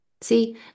See